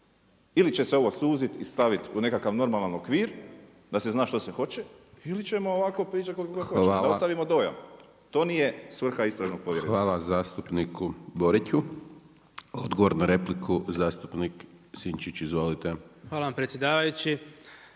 Ili će se ovo suziti i staviti u nekakav normalan okvir da se zna što se hoće ili ćemo ovako pričati koliko god hoćete da ostavimo dojam. To nije svrha istražnog povjerenstva. **Hajdaš Dončić, Siniša (SDP)** Hvala zastupniku Boriću. Odgovor na repliku zastupnik Sinčić, izvolite. **Sinčić, Ivan